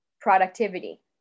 productivity